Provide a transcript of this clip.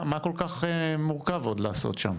מה כל כך מורכב עוד לעשות שם?